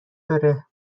آره